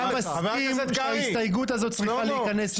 אתה מסכים שההסתייגות הזאת צריכה להיכנס לחוק.